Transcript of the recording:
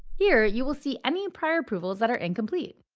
here you will see any prior approvals that are incomplete.